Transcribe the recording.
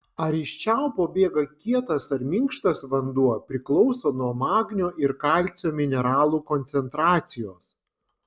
ar iš čiaupo bėga kietas ar minkštas vanduo priklauso nuo magnio ir kalcio mineralų koncentracijos